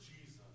Jesus